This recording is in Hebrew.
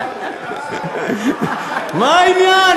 מה העניין?